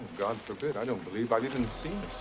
god forbid, i don't believe i've even seen